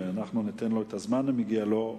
ואנחנו ניתן לו את הזמן המגיע לו,